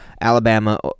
Alabama